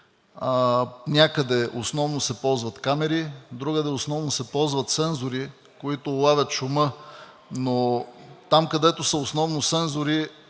Някъде основно се ползват камери, другаде основно се ползват сензори, които улавят шума. Там, където основно са сензори,